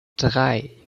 drei